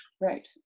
Right